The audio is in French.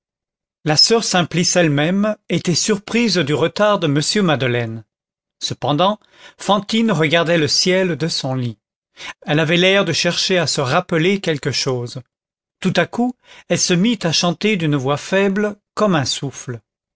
la soeur simplice elle-même était surprise du retard de m madeleine cependant fantine regardait le ciel de son lit elle avait l'air de chercher à se rappeler quelque chose tout à coup elle se mit à chanter d'une voix faible comme un souffle